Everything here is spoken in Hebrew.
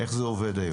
איך זה עובד היום?